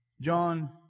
John